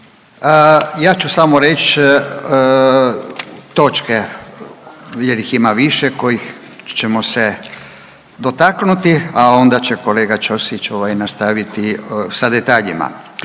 Ja ću samo reći točke jer ih ima više kojih ćemo se dotaknuti, a onda će kolega Ćosić ovaj, nastaviti sa detaljima.